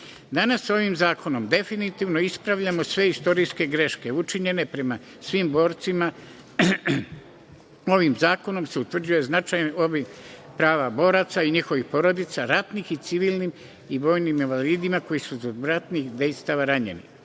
ovim zakonom definitivno ispravljamo sve istorijske greške, učinjene prema svim borcima. Ovim zakonom se utvrđuje značajan obim prava boraca i njihovih porodica, ratnim, civilnim i vojnim invalidima koji su zbog ratnih dejstava ranjeni. Posebno